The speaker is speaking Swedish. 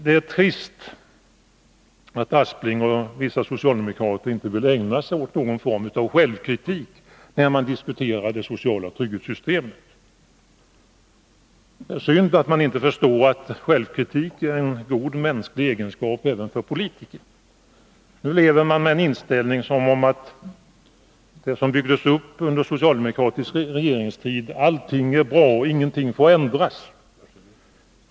Det är trist att Sven Aspling och vissa andra socialdemokrater inte vill ägna sig åt någon form av självkritik när man diskuterar det sociala trygghetssystemet. Det är synd att de inte förstår att självkritik är en god mänsklig egenskap även för politiker. Nu lever man med inställningen att allt som byggdes upp under socialdemokratisk regeringstid är bra och att ingenting får ändras.